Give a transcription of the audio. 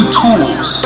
tools